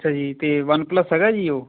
ਅੱਛਾ ਜੀ ਅਤੇ ਵਨਪਲੱਸ ਹੈਗਾ ਜੀ ਉਹ